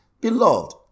Beloved